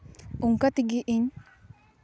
ᱚᱱᱠᱟ ᱛᱮᱜᱮ ᱤᱧ